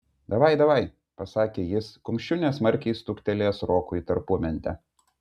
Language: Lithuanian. davai davaj pasakė jis kumščiu nesmarkiai stuktelėjęs rokui į tarpumentę